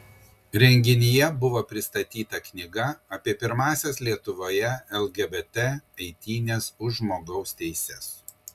renginyje buvo pristatyta knyga apie pirmąsias lietuvoje lgbt eitynes už žmogaus teises